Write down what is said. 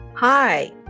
Hi